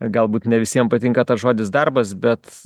galbūt ne visiem patinka tas žodis darbas bet